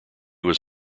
was